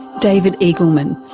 david eagleman,